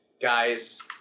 Guys